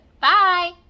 bye